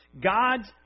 God's